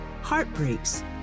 heartbreaks